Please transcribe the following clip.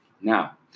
Now